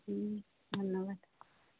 হুম ধন্যবাদ